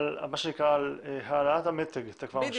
מה שנקרא, על העלאת המתג אתה כבר משלם.